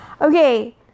Okay